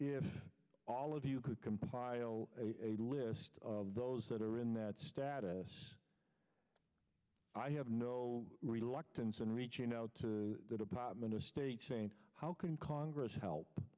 all of you could compile a list of those that are in that status i have no reluctance in reaching out to the department of state saying how can congress help